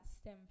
stem